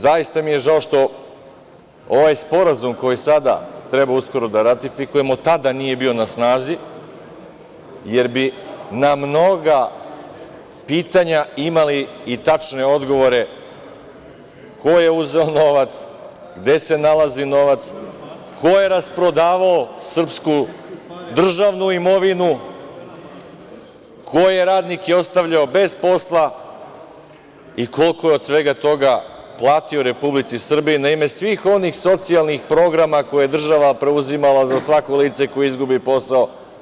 Zaista mi je žao što ovaj sporazum koji sada treba uskoro da ratifikujemo tada nije bio na snazi, jer bi na mnoga pitanja imali i tačne odgovore, ko je uzeo novac, gde se nalazi novac, ko je rasprodavao srpsku državnu imovinu, ko je radnike ostavljao bez posla i koliko je od svega toga platio Republici Srbiji na ime svih onih socijalnih programa koje je država preuzimala za svako lice koje izgubi posao.